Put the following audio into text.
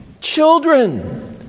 Children